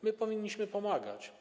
My powinniśmy pomagać.